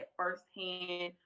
firsthand